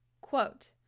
Quote